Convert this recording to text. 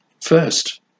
first